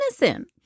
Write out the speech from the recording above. innocent